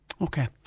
Okay